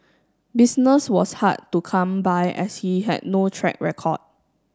business was hard to come by as he had no track record